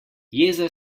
jeza